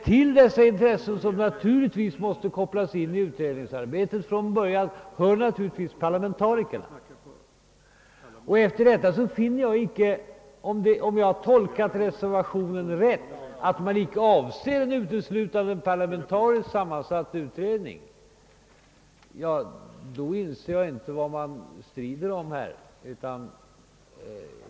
Till dem som skall vara med i utredningen hör naturligtvis parlamentarikerna. Om jag tolkat reservationen rätt avser man emellertid inte en uteslutande parlamentariskt sammansatt utredning. Därför inser jag inte vad man strider om.